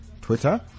Twitter